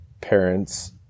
parents